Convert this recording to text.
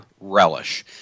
relish